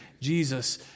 Jesus